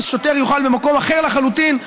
ושוטר יוכל במקום אחר לחלוטין,